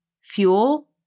fuel